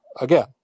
again